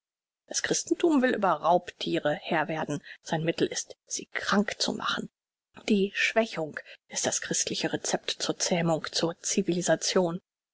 das christenthum will über raubthiere herr werden sein mittel ist sie krank zu machen die schwächung ist das christliche recept zur zähmung zur civilisation